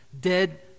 dead